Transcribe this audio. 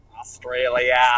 Australia